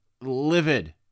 livid